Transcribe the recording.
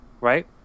right